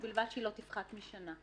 ובלבד שלא תפחת משנה.